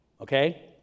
Okay